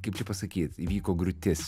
kaip čia pasakyt įvyko griūtis